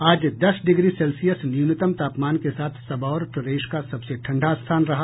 आज दस degree Celsius न्यूनतम तापमान के साथ सबौर प्रदेश का सबसे ठंडा स्थान रहा